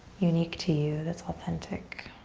unique to you, that's authentic.